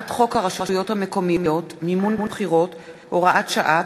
הצעת חוק הרשויות המקומיות (מימון בחירות) (הוראת שעה),